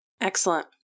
Excellent